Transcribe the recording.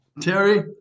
Terry